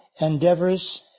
endeavors